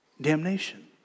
Damnation